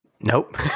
Nope